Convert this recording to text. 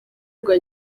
rwa